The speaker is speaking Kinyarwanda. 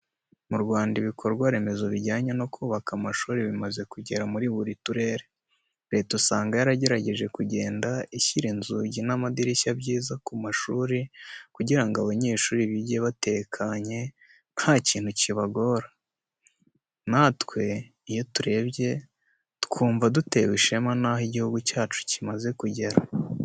Mu Rwanda ibikorwa remezo bijyanye no kubaka amashuri bimaze kugera muri buri turere. Leta usanga yaragerageje kugenda ishyira inzugi n'amadirishya byiza ku mashuri kugira ngo abanyeshuri bige batekanye nta kintu kibarogoya. Natwe iyo tubirebye twumva dutewe ishema n'aho igihugu cyacu kimaze kugera.